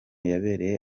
yabereye